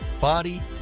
body